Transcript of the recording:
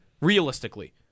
realistically